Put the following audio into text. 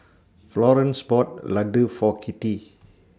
Florance bought Ladoo For Kitty